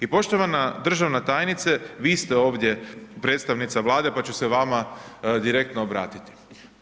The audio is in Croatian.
I poštovana državna tajnice, vi ste ovdje predstavnica Vlade, pa ću se vama direktno obratiti,